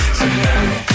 tonight